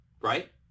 Right